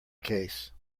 case